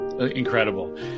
Incredible